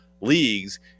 leagues